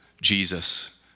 jesus